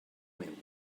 meu